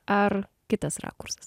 ar kitas rakursas